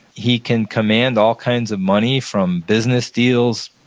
he can command all kinds of money from business deals,